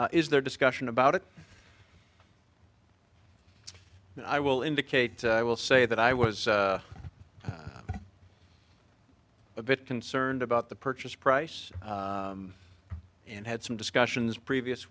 is there discussion about it i will indicate i will say that i was a bit concerned about the purchase price and had some discussions previous